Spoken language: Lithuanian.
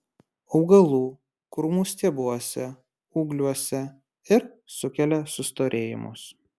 augalų krūmų stiebuose ūgliuose ir sukelia sustorėjimus